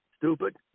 stupid